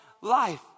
life